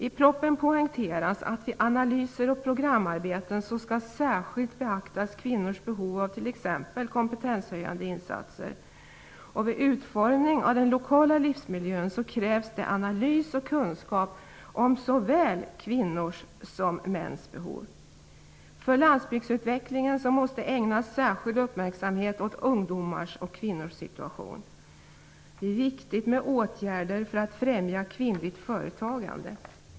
I propositionen poängteras att vid analyser och programarbeten skall särskilt beaktas kvinnors behov av t.ex. kompetenshöjande insatser. Vid utformning av den lokala livsmiljön krävs analys och kunskap om såväl kvinnors som mäns behov. För landsbygdsutvecklingen måste särskild uppmärksamhet ägnas åt ungdomars och kvinnors situation. Det är viktigt med åtgärder för att främja kvinnligt företagande.